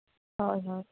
হয় হয়